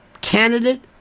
candidate